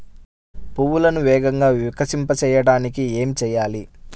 పువ్వులను వేగంగా వికసింపచేయటానికి ఏమి చేయాలి?